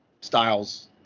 Styles